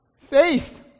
faith